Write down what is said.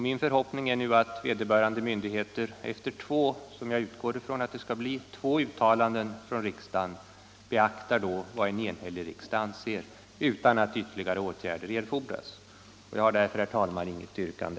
Min förhoppning är nu att vederbörande myndigheter efter två, som jag utgår från att det skall bli, uttalanden från riksdagen beaktar vad en enhällig riksdag anser utan att ytterligare åtgärder erfordras. Jag har därför, herr talman, inget yrkande.